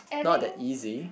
not that easy